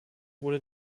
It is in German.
wurde